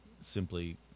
simply